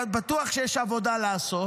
בטוח שיש עבודה לעשות,